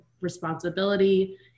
responsibility